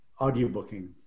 audiobooking